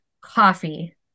coffee